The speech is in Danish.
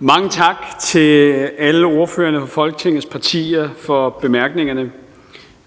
mange tak til alle ordførerne for Folketingets partier for bemærkningerne.